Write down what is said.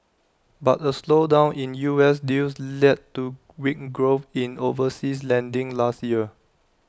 but A slowdown in U S deals led to weak growth in overseas lending last year